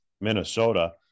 Minnesota